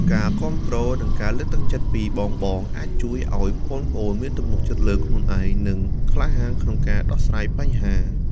ការគាំទ្រ និងការលើកទឹកចិត្តពីបងៗ អាចជួយឱ្យប្អូនៗមានទំនុកចិត្តលើខ្លួនឯង និងក្លាហានក្នុងការដោះស្រាយបញ្ហា ។